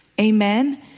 Amen